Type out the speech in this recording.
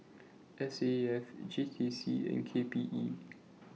S A F J T C and K P E